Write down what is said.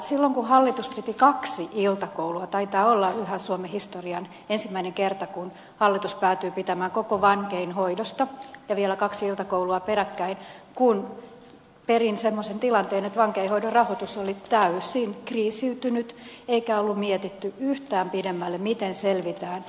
silloin kun hallitus piti kaksi iltakoulua taitaa olla yhä suomen historian ensimmäinen kerta kun hallitus päätyy pitämään koko vankeinhoidosta ja vielä kaksi iltakoulua peräkkäin kun perin semmoisen tilanteen että vankeinhoidon rahoitus oli täysin kriisiytynyt eikä ollut mietitty yhtään pidemmälle miten selvitään